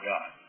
God